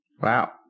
Wow